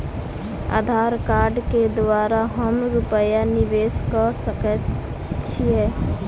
आधार कार्ड केँ द्वारा हम रूपया निवेश कऽ सकैत छीयै?